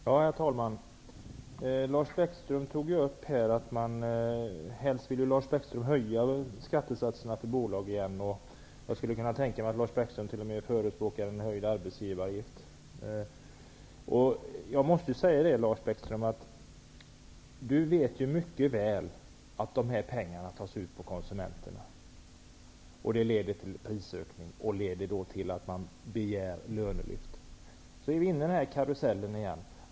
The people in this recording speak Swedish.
Herr talman! Lars Bäckström sade här att han helst vill höja skattesatserna för bolagen. Jag skulle kunna tänka mig att Lars Bäckström t.o.m. förespråkar en höjd arbetsgivaravgift. Lars Bäckström vet ju mycket väl att dessa pengar tas ut på konsumenterna. Det leder till prisökning, och det i sin tur till att man begär lönelyft. Så är vi inne i karusellen igen.